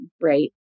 Right